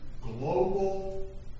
global